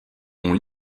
ont